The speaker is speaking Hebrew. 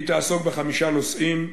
היא תעסוק בחמישה נושאים: